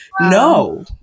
no